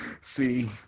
see